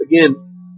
Again